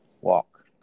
walk